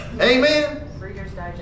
Amen